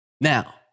Now